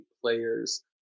players